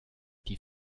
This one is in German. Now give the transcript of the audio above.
die